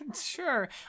Sure